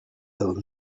will